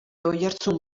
oihartzun